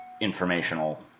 informational